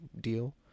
deal